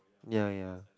ya ya